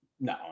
No